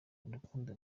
urukundo